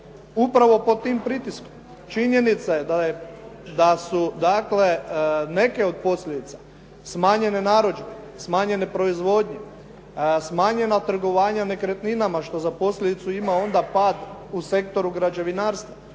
upravo pod tim pritiskom. Činjenica je da su, dakle neke od posljedica smanjene narudžbe, smanjene proizvodnje, smanjena trgovanja nekretninama, što za posljedicu ima onda pad u sektoru građevinarstva.